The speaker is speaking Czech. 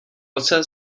roce